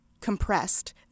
compressed